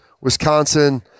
Wisconsin –